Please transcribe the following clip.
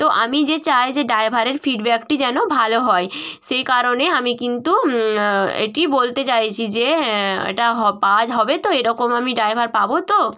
তো আমি যে চাই যে ড্রাইভারের ফিডব্যাকটি যেন ভালো হয় সেই কারণে আমি কিন্তু এটি বলতে চাইছি যে এটা হবে পাওয়া হবে তো এরকম আমি ড্রাইভার পাব তো